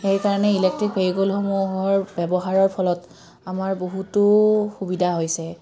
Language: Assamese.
সেইকাৰণে ইলেক্ট্ৰিক ভেহিকলসমূহৰ ব্যৱহাৰৰ ফলত আমাৰ বহুতো সুবিধা হৈছে